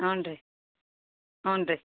ಹ್ಞೂಂ ರೀ ಹ್ಞೂಂ ರೀ